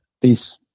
Peace